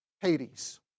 Hades